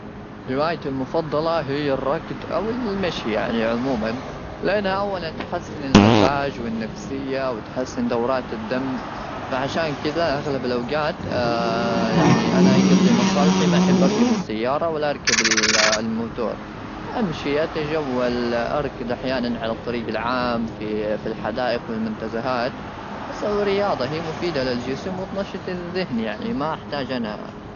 هوايتي المفضله هي الركض او المشي يعني عموما لانها اولا تحسن المزاج والنفسيه وتحسن دورات الدم فعشان كذا اغلب الاوقات يعني انا قصدي مصالحي ما احب اركب السياره ولا اركب الموتور امشي اتجول اركض احيانا على الطريق العام في الحدائق والمنتزهات اسوي رياضه هي مفيده للجسم وتنشط الذهن يعني ما احتاج انا